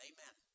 Amen